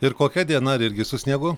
ir kokia diena ar irgi su sniegu